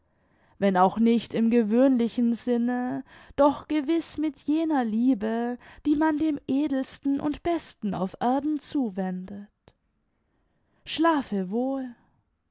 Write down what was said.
wenn auch nicht im gewöhnlichen sinne doch gewiß mit jener liebe die man dem edelsten und besten auf erden zuwendet schlafe wohl